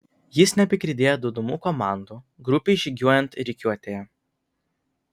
jis nebegirdėjo duodamų komandų grupei žygiuojant rikiuotėje